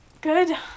Good